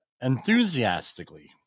enthusiastically